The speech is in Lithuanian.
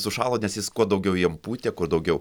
sušalo nes jis kuo daugiau jam pūtė kuo daugiau